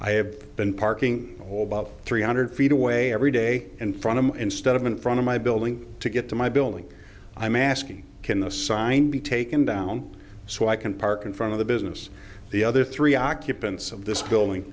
i have been parking all about three hundred feet away every day in front of me instead of infront of my building to get to my building i'm asking can the sign be taken down so i can park in front of the business the other three occupants of this building